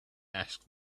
asked